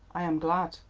i am glad,